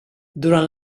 durant